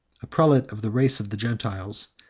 a prelate of the race of the gentiles,